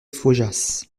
faujas